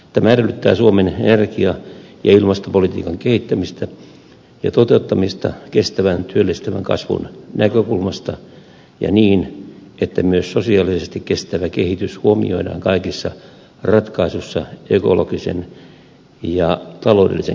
tämä edellyttää suomen energia ja ilmastopolitiikan kehittämistä ja toteuttamista kestävän työllistävän kasvun näkökulmasta ja niin että myös sosiaalisesti kestävä kehitys huomioidaan kaikissa ratkaisuissa ekologisen ja taloudellisen kestävyyden rinnalla